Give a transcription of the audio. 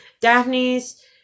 Daphne's